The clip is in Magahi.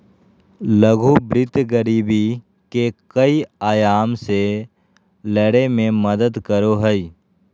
लघु वित्त गरीबी के कई आयाम से लड़य में मदद करो हइ